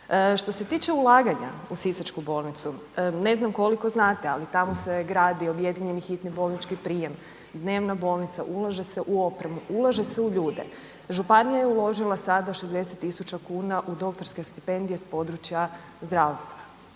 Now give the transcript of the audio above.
Što se tiče ulaganja u sisačku bolnicu, ne znam koliko znate ali tamo se gradi objedinjeni hitni bolnički prijem, dnevna bolnica, ulaže se u opremu, ulaže se u ljude. Županija je uložila sada 60.000 kuna u doktorske stipendije s područja zdravstva.